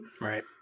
Right